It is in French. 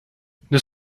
nous